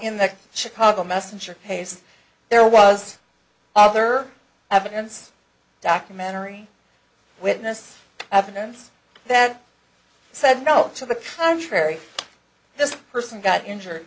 in the chicago messenger pace there was other evidence documentary witness evidence that said no to the contrary this person got injured